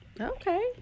Okay